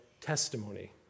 testimony